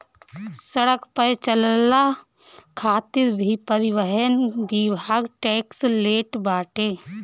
सड़क पअ चलला खातिर भी परिवहन विभाग टेक्स लेट बाटे